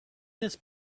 this